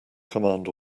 command